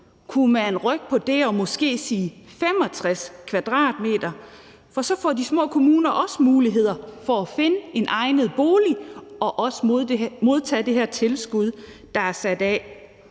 Kunne man rykke på det og måske sige 65 m2? For så får de små kommuner også muligheder for at finde en egnet bolig og også modtage det her tilskud, der er sat af.